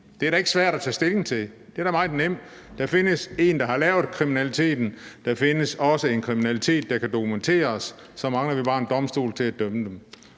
Det er da ikke svært at tage stilling til, det er da meget nemt. Der findes en, der har lavet kriminaliteten, og der findes også en kriminalitet, der kan dokumenteres – så mangler vi bare en domstol til at dømme om